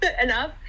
enough